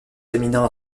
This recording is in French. féminin